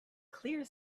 clear